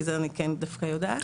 כי זה אני כן דווקא יודעת.